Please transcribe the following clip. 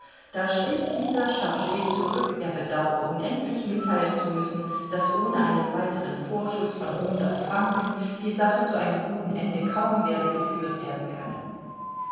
da schrieb dieser charg zurück er bedaure unendlich mitteilen zu müssen daß ohne einen weiteren vorschuß von hundert franken die sache zu einem guten ende kaum werde geführt werden können